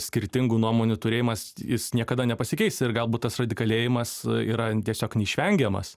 skirtingų nuomonių turėjimas jis niekada nepasikeis ir galbūt tas radikalėjimas yra tiesiog neišvengiamas